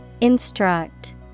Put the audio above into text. Instruct